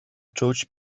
czuć